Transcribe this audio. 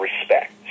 respect